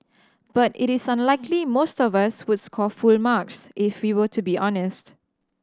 but it is unlikely most of us would score full marks if we were to be honest